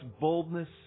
boldness